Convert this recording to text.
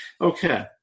Okay